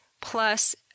plus